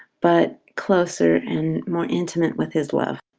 but closer and more intimate with his love.